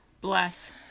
bless